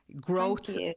growth